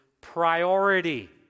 priority